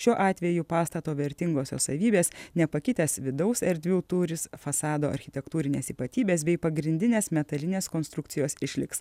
šiuo atveju pastato vertingosios savybės nepakitęs vidaus erdvių tūris fasado architektūrinės ypatybės bei pagrindinės metalinės konstrukcijos išliks